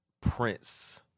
Prince